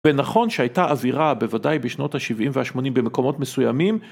ונכון שהייתה אווירה בוודאי בשנות ה-70 וה-80 במקומות מסוימים.